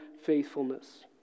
faithfulness